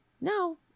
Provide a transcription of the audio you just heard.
No